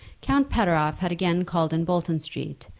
count pateroff had again called in bolton street,